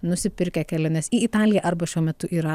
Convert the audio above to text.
nusipirkę keliones į italiją arba šiuo metu yra